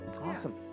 Awesome